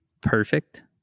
Perfect